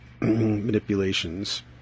manipulations